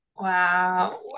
Wow